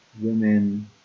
women